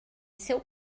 seu